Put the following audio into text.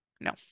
No